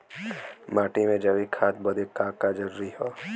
माटी में जैविक खाद बदे का का जरूरी ह?